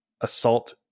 Assault